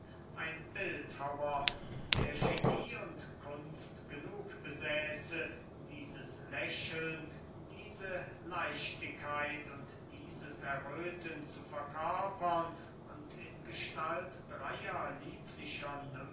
ein bildhauer der genie und kunst genug besäße dieses lächeln diese leichtigkeit und dieses erröthen zu verkörpern und in gestalt dreyer lieblicher